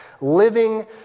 Living